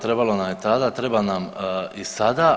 Trebalo nam tada, treba nam i sada.